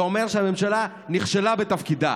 זה אומר שהממשלה נכשלה בתפקידה,